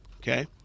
okay